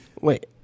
Wait